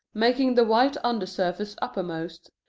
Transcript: making the white undersurface uppermost,